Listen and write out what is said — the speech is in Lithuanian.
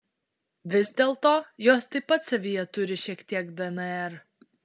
vis dėlto jos taip pat savyje turi šiek tiek dnr